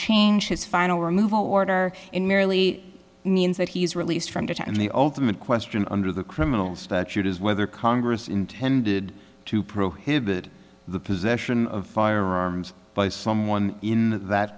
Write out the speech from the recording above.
change his final removal order and merely means that he is released from to and the ultimate question under the criminal statute is whether congress intended to prohibit the possession of firearms by someone in that